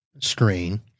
screen